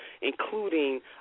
Including